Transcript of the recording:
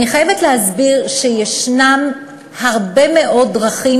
אני חייבת להסביר שישנן הרבה מאוד דרכים,